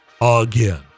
again